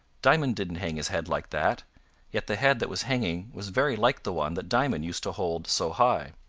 diamond didn't hang his head like that yet the head that was hanging was very like the one that diamond used to hold so high.